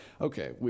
okay